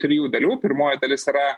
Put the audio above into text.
trijų dalių pirmoji dalis yra